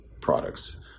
products